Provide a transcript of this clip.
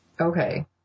Okay